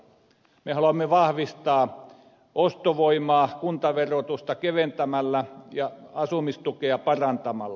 me haluamme vahvistaa ostovoimaa kuntaverotusta keventämällä ja asumistukea parantamalla